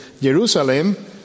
Jerusalem